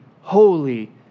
holy